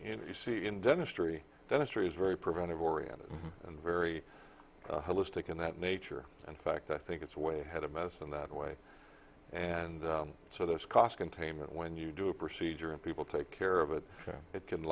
know you see in dentistry dentistry is very preventive oriented and very holistic in that nature in fact i think it's way ahead of medicine that way and so this cost containment when you do a procedure and people take care of it it can